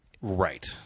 Right